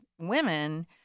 women